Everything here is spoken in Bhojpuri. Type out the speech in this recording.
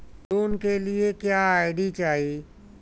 लोन के लिए क्या आई.डी चाही?